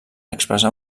expressar